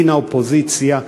דין האופוזיציה,